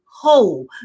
whole